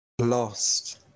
lost